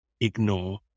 Ignore